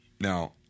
Now